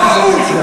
באמת.